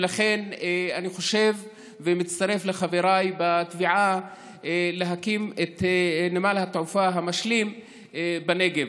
ולכן אני חושב ומצטרף לחבריי בתביעה להקים את נמל התעופה המשלים בנגב.